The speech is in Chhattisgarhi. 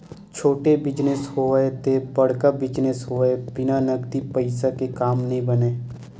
छोटे बिजनेस होवय ते बड़का बिजनेस होवय बिन नगदी पइसा के काम नइ बनय